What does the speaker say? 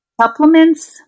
supplements